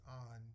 on